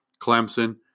Clemson